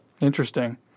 Interesting